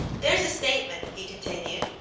there's a statement, he continued,